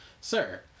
Sir